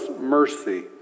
mercy